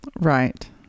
Right